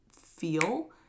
feel